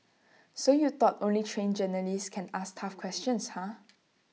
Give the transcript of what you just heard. so you thought only trained journalists can ask tough questions huh